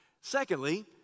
Secondly